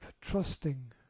trusting